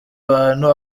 abantu